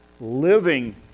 living